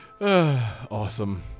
Awesome